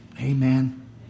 Amen